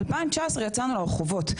ב-2019 יצאנו לרחובות,